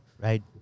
right